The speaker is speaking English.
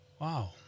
Wow